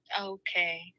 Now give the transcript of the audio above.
Okay